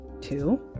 Two